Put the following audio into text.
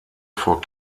vor